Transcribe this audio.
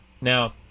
Now